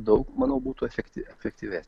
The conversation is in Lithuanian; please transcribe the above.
daug manau būtų efektyvi efektyvesnis